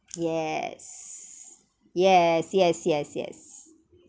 yes yes yes yes yes